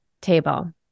table